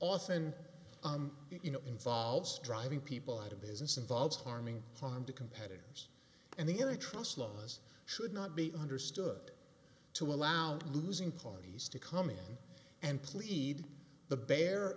often involves driving people out of business involves harming harm to competitors and the other trust laws should not be understood to allow losing parties to come in and plead the bare